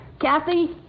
Kathy